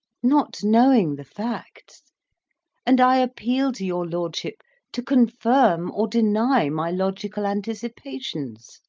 not knowing the facts and i appeal to your lordship to confirm or deny my logical anticipations.